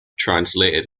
translated